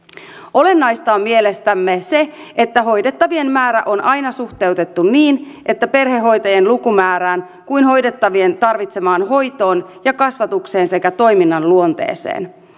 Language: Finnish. olennaista on mielestämme se että hoidettavien määrä on aina suhteutettu niin perhehoitajien lukumäärään kuin hoidettavien tarvitsemaan hoitoon ja kasvatukseen sekä toiminnan luonteeseen